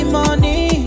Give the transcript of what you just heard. money